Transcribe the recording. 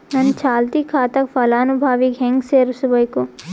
ನನ್ನ ಚಾಲತಿ ಖಾತಾಕ ಫಲಾನುಭವಿಗ ಹೆಂಗ್ ಸೇರಸಬೇಕು?